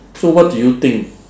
so what do you think